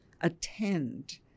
attend